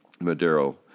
Madero